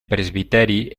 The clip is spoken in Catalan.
presbiteri